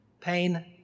Pain